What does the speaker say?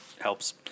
helps